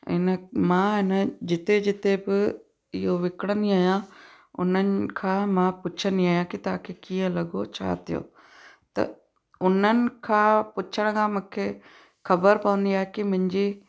हिन मां हिन जिते जिते ब इहो विकिणंदी आहियां उन्हनि खां मां पुछंदी आहियां कि तव्हांखे कीअं लॻो छा थियो त उन्हनि खां पुछण खां मूंखे ख़बर पवंदी आहे कि मुंहिंजी